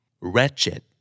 wretched